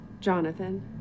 Jonathan